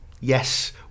Yes